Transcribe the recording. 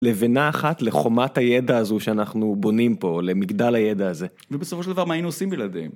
לבנה אחת לחומת הידע הזו שאנחנו בונים פה, למגדל הידע הזה. ובסופו של דבר, מה היינו עושים בלעדיהם?